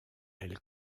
elle